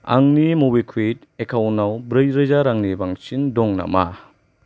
आंनि मबिक्वुइक एकाउन्टाव ब्रै रोजा रांनि बांसिन दं नामा